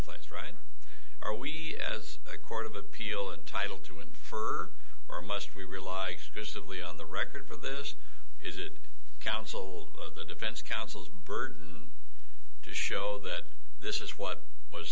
place right are we as a court of appeal entitled to infer or must we rely exclusively on the record for this is it counsel of the defense counsel's burden to show that this is what was